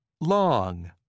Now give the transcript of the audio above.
long